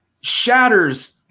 Shatter's